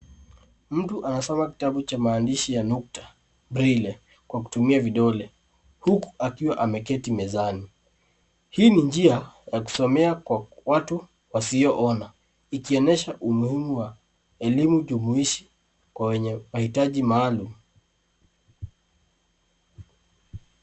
Mtu anasoma kitabu cha maandishi ya nukta, brile kwa kutumia vidole huku akiwa ameketi mezani. Hii ni njia ya kusomea kwa watu wasioona ikionyesha umuhimu wa elimu jumuishi kwa wenye mahitaji maalum.